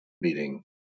meeting